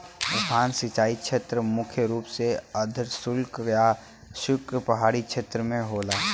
उफान सिंचाई छेत्र मुख्य रूप से अर्धशुष्क या शुष्क पहाड़ी छेत्र में होला